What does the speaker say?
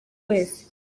wese